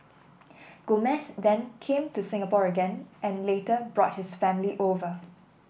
Gomez then came to Singapore again and later brought his family over